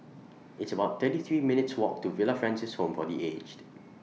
It's about thirty three minutes Walk to Villa Francis Home For The Aged